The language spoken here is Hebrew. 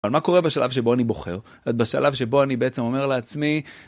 מה קורה בשלב שבו אני בוחר את בשלב שבו אני בעצם אומר לעצמי.